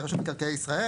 כי רשום מקרקעי ישראל,